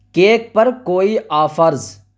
cake پر کوئی offers